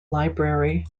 library